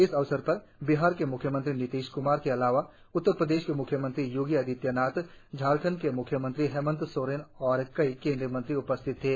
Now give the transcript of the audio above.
इस अवसर पर बिहार के म्ख्यमंत्री नीतीश क्मार के अलावा उत्तर प्रदेश के म्ख्यमंत्री योगी आदित्यनाथ झारखंड के मुख्यमंत्री हेमंत सौरेन और कई केंद्रीय मंत्री भी उपस्थित थे